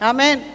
Amen